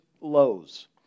lows